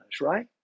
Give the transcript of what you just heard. right